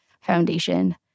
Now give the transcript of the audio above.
foundation